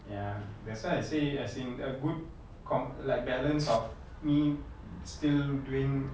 ya that's why I say as in a good com~ like a balance of me still doing